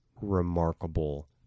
remarkable